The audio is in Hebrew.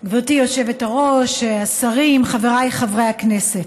גברתי היושבת-ראש, השרים, חבריי חברי הכנסת,